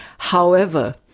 however,